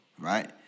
right